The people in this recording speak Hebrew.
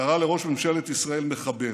קרא לראש ממשלת ישראל מחבל.